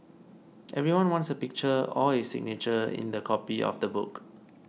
everyone wants a picture or his signature in their copy of the book